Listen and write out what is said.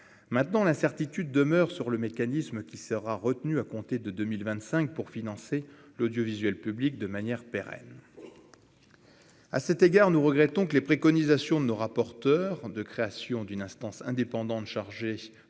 maintenant l'incertitude demeure sur le mécanisme qui sera retenu à compter de 2025 pour financer l'audiovisuel public de manière pérenne à cet égard, nous regrettons que les préconisations ne nos rapporteur de création d'une instance indépendante chargée